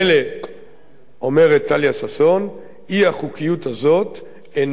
אומרת טליה ששון: האי-חוקיות הזאת איננה ניתנת לתיקון.